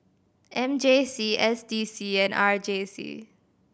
M J C S D C and R J C